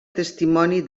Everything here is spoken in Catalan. testimoni